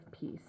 peace